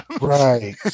Right